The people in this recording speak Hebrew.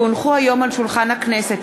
כי הונחו היום על שולחן הכנסת,